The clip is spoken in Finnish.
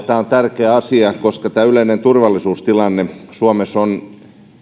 tämä on tärkeä asia koska yleinen turvallisuustilanne suomessa on